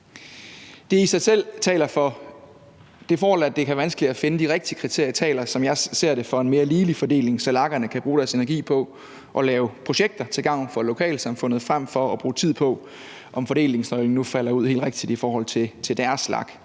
i spørgsmålet. Det forhold, at det kan være vanskeligt at finde de rigtige kriterier, taler, som jeg ser det, for en mere ligelig fordeling, så LAG'erne kan bruge deres energi på at lave projekter til gavn for lokalsamfundet frem for at bruge tid på, om fordelingsnøglen nu falder helt rigtigt ud i forhold til deres LAG,